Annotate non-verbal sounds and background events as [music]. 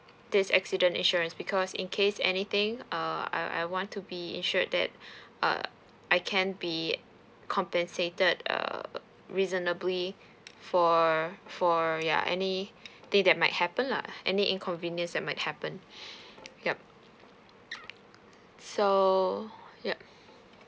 this accident insurance because in case anything err I I want to be insured that [breath] uh I can be compensated err reasonably for for ya any thing that might happen lah any inconvenience that might happen [breath] yup so yup